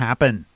happen